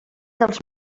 dels